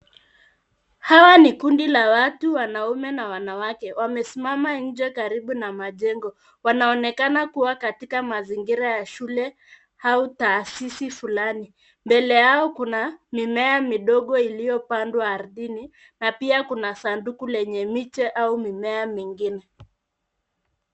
Hawa ni kundi la watu wanaume na wanawake. Wamesimama nje karibu na majengo. Wanaonekana kuwa katika mazingira ya shule, taasisi, au kituo fulani. Mbele yao kuna mimea midogo iliyo pandwa ardhini, na pia kuna sanduku lenye miche au mimea mingine.